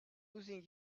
losing